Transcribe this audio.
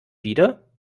wieder